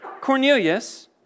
Cornelius